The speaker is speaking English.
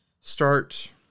start